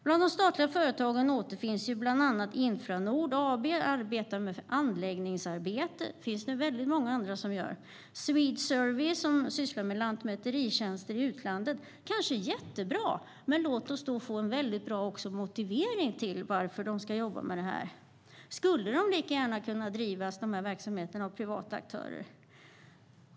Bland de statliga företagen återfinns bland annat Infranord AB, som jobbar med anläggningsarbete - det finns det många andra som gör - och Swedesurvey, som sysslar med lantmäteritjänster i utlandet. Det är kanske jättebra, men låt oss få en bra motivering till varför de ska jobba med detta. Kan dessa verksamheter lika gärna bedrivas av privata aktörer?